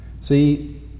See